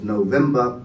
November